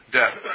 death